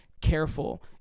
careful